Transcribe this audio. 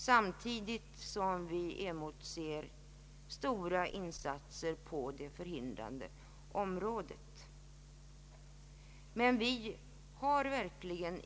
Samtidigt emotser vi stora insatser för att på olika sätt hjälpa kvinnor så att abort förhindras.